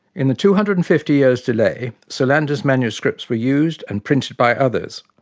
in the two hundred and fifty years delay, solander's manuscripts were used and printed by others,